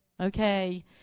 Okay